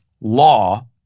law